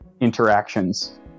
interactions